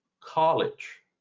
college